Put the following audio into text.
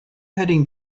heading